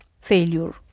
failure